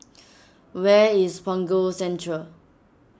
where is Punggol Central